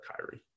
Kyrie